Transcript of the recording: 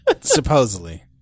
Supposedly